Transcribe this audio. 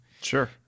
Sure